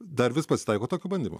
dar vis pasitaiko tokių bandymų